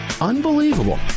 Unbelievable